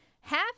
half